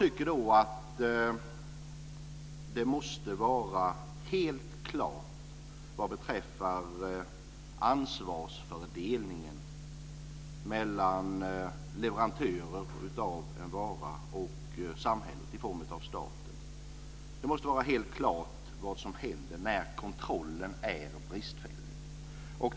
Ansvarsfördelningen måste vara helt klar mellan leverantörer av en vara och samhället, i form av staten. Det måste vara helt klart vad som händer när kontrollen är bristfällig.